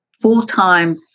full-time